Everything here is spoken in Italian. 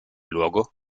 luogo